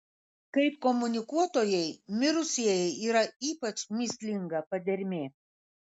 kaip komunikuotojai mirusieji yra ypač mįslinga padermė